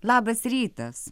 labas rytas